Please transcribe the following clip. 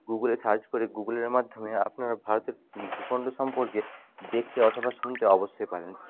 গুগলে সার্চ করে গুগলের মাধ্যমে আপনার ভারতের ভূখণ্ড সম্পর্কে দেখতে অথবা শুনতে অবশ্যই পারেন